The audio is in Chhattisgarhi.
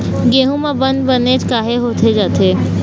गेहूं म बंद बनेच काहे होथे जाथे?